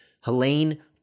Helene